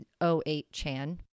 08chan